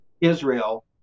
Israel